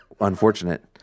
unfortunate